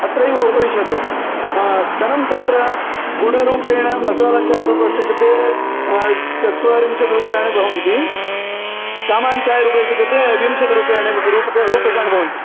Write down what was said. अत्रैव उपविशतु धनं तत्र गुडरूपेण मसाला चाय् रूपस्य कृते चत्वारिंशत् रूप्यकाणि भवन्ति सामान्यचाय् रूपस्य कृते विंशतिः रूप्यणि रूप्यकाणि भवन्ति